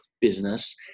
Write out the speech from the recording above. business